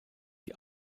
die